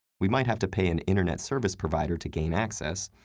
we might have to pay an internet service provider to gain access,